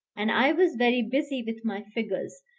and i was very busy with my figures,